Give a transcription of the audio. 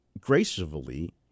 gracefully